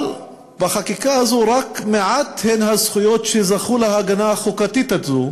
אבל בחקיקה הזאת רק מעטות הן הזכויות שזכו להגנה החוקתית הזאת,